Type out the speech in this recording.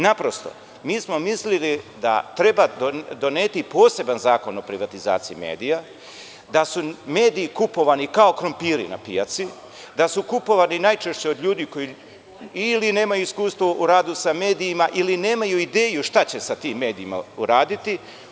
Naprosto, mi smo mislili da treba doneti poseban zakon o privatizaciji medija, da su mediji kupovani kao krompiri na pijaci, da su kupovani najčešće od ljudi koji, ili nemaju iskustvo u radu sa medijima ili nemaju ideju šta će sa tim medijima uraditi.